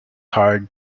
hired